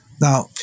Now